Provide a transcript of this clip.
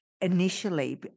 initially